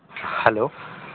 hello